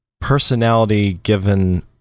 personality-given